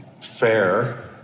fair